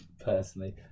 Personally